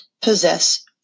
possess